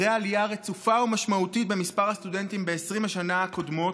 אחרי עלייה רצופה ומשמעותית במספר הסטודנטים ב-20 השנה הקודמות,